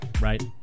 right